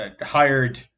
hired